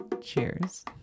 Cheers